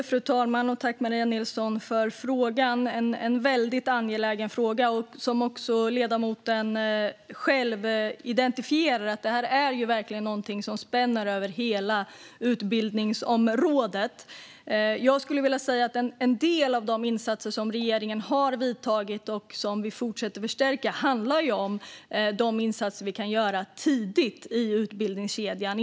Fru talman! Tack, Maria Nilsson, för frågan! Det är en väldigt angelägen fråga. Som också ledamoten själv identifierar är detta verkligen något som spänner över hela utbildningsområdet. Jag skulle vilja säga att en del av de åtgärder som regeringen har vidtagit och som vi fortsätter att förstärka handlar om de insatser som vi kan göra tidigt i utbildningskedjan.